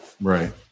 Right